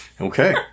Okay